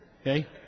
Okay